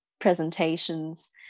presentations